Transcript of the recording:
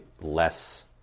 less